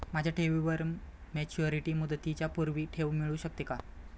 माझ्या ठेवीवर मॅच्युरिटी मुदतीच्या पूर्वी ठेव मिळू शकते का?